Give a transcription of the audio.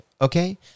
Okay